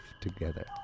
together